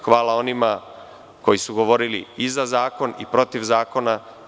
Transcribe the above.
Hvala onima koji su govorili i za zakon i protiv zakona.